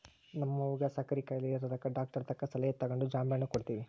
ನಮ್ವಗ ಸಕ್ಕರೆ ಖಾಯಿಲೆ ಇರದಕ ಡಾಕ್ಟರತಕ ಸಲಹೆ ತಗಂಡು ಜಾಂಬೆಣ್ಣು ಕೊಡ್ತವಿ